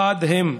חד הן,